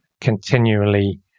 continually